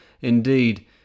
indeed